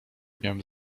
miałem